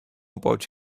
about